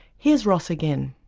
here's ross again.